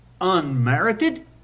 Unmerited